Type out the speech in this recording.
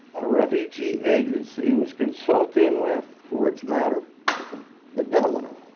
a refugee agency was consulting with words matter the governor